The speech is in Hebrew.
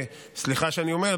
סליחה שאני אומר,